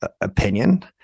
opinion